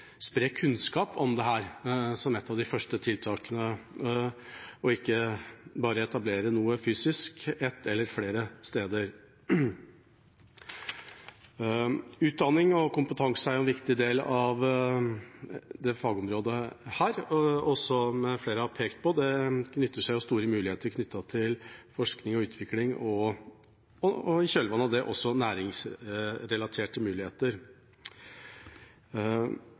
spre kunnskap om dette, som et av de første tiltakene, og ikke bare å etablere noe fysisk ett eller flere steder. Utdanning og kompetanse er jo en viktig del av dette fagområdet, og som flere har pekt på, åpner det seg store muligheter knyttet til forskning og utvikling, og i kjølvannet av det også næringsrelaterte muligheter.